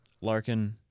Larkin